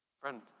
Friend